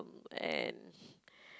and